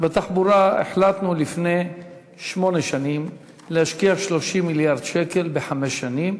שבתחבורה החלטנו לפני שמונה שנים להשקיע 30 מיליארד שקל בחמש שנים,